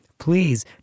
Please